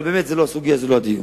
אבל באמת זו לא הסוגיה, זה לא הדיון.